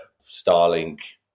Starlink